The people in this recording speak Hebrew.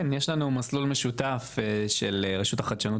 כן יש לנו מסלול משותף של רשות החדשנות